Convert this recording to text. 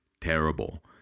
terrible